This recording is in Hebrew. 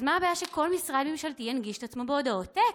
אז מה הבעיה שכל משרד ממשלתי ינגיש את עצמו בהודעות טקסט?